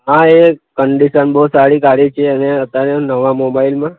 હા એ કંડિશન બહુ સારી કાઢી છે ને અત્યારે નવા મોબાઈલમાં